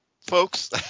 folks